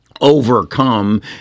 overcome